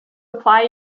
apply